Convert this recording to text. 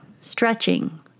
stretching